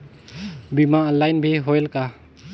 बीमा ऑनलाइन भी होयल का?